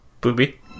Booby